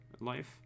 life